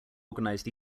organised